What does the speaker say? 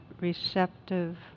receptive